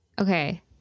okay